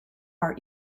our